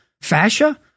Fascia